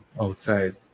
outside